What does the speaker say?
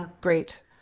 great